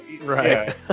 right